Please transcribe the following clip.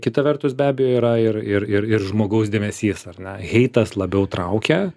kita vertus be abejo yra ir ir ir žmogaus dėmesys ar ne heitas labiau traukia